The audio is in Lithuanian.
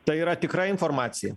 tai yra tikra informacija